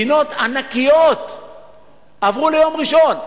דרך אגב, מדינות ענקיות עברו ליום ראשון.